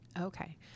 Okay